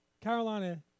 Carolina